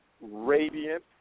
radiant